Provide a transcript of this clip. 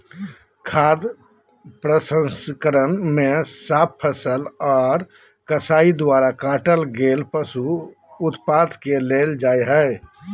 खाद्य प्रसंस्करण मे साफ फसल आर कसाई द्वारा काटल गेल पशु उत्पाद के लेल जा हई